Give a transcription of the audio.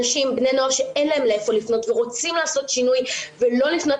בני נוער שאין להם לאיפה לפנות ורוצים לעשות שינוי ולא לפנות